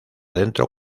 dentro